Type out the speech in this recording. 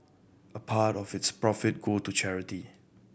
a part of its profit go to charity